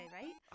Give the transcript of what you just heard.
right